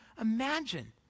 Imagine